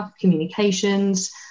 communications